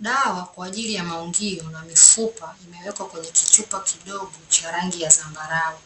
Dawa kwa ajili ya maungio na mifupa imewekwa kwenye kichupa kidogo cha rangi ya zambarau.